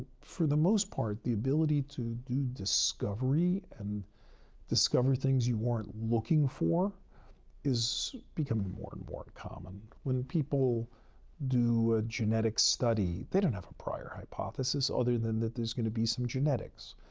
for the most part, the ability to do discovery and discover things you weren't looking for is becoming more and more common. when people do a genetic study, they don't have a prior hypothesis, other than that there's going to be some genetics.